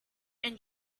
and